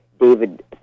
David